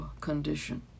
condition